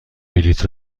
بلیط